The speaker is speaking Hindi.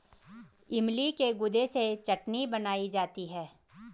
इमली के गुदे से चटनी बनाई जाती है